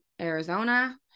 Arizona